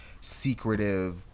secretive